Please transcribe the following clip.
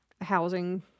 housing